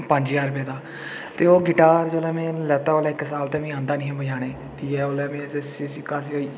पंज ज्हार रपेऽ दा ते ओह् गिटार जेल्लै में लैता ते ओल्लै इक्क साल मिगी औंदा निं हा बजाना ठीक ऐ ओल्लै में सिक्खा दा हा